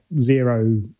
zero